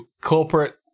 Corporate